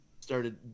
started